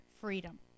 freedom